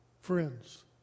Friends